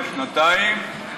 או שנתיים,